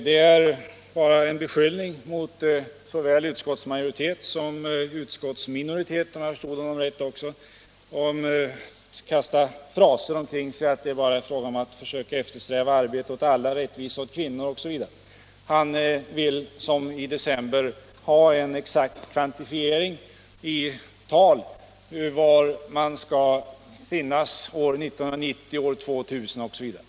Det var en beskyllning mot utskottsmajoriteten och även mot den socialdemokratiska utskottsminoriteten, om jag förstod honom rätt, för att man bara kastar fraser omkring sig, nämligen att man skall eftersträva arbete åt alla, rättvisa åt kvinnorna osv. Herr Svensson vill nu, liksom i december, ha en exakt kvantifiering i antal sysselsatta år 1990, år 2000 osv.